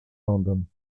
london